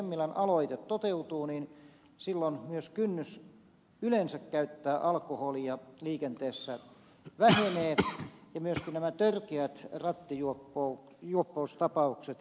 hemmilän aloite toteutuu niin silloin myös kynnys yleensä käyttää alkoholia liikenteessä vähenee ja myöskin nämä törkeät rattijuoppoustapaukset vähenevät